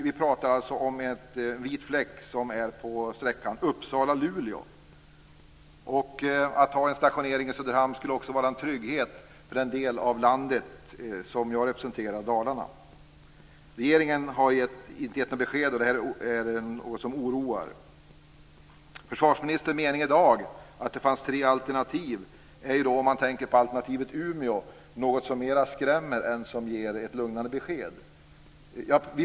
Vi talar här om en vit fläck på sträckan Uppsala Luleå. En stationering i Söderhamn skulle också vara en trygghet för den del av landet som jag representerar, dvs. för Dalarna. Regeringen har inte givit några besked, vilket är oroande. Försvarsministern menade i dag att det finns tre alternativ. Beskedet om Umeå som alternativ är mera skrämmande än lugnande.